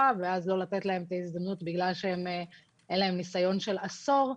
ולא לתת להם את ההזדמנות בגלל שאין להם ניסיון של עשור,